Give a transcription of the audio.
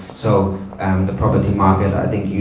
so the property market, i think